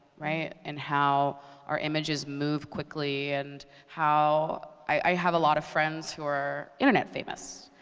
right? and how our images move quickly and how i have a lot of friends who are internet famous.